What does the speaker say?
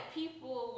people